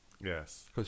yes